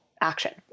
action